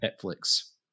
Netflix